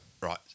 Right